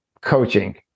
coaching